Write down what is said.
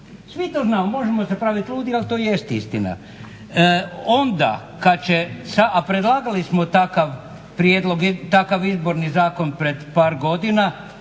svi to znamo. Možemo se pravit ludi, ali to jest istina. Onda kad će, a predlagali smo takav prijedlog, takav Izborni zakon pred par godina